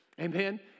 Amen